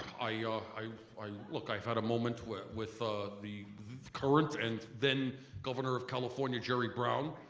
ah yeah i i look i've had a moment with with ah the current and then governor of california jerry brown.